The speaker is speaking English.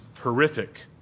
horrific